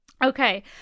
Okay